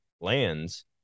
lands